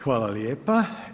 Hvala lijepo.